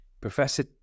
Professor